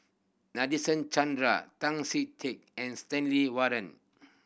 Nadasen Chandra Tan Chee Teck and Stanley Warren